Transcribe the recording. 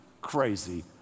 crazy